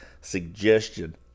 suggestion